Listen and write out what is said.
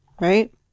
right